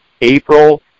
April